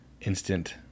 instant